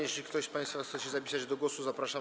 Jeśli ktoś z państwa chce się zapisać do głosu, zapraszam.